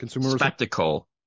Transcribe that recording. spectacle